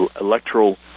electoral